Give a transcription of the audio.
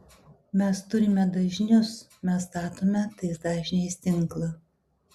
mes turime dažnius mes statome tais dažniais tinklą